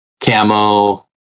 camo